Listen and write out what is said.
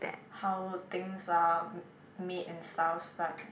how things are made and stuffs but